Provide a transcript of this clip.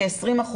כ-20%,